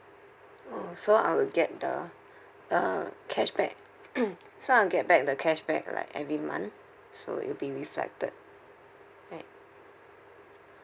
orh so I'll get the uh cashback so I'll get back the cashback like every month so it'll be reflected right